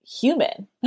human